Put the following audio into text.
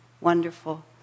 wonderful